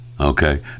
okay